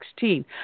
2016